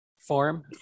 form